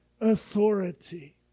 authority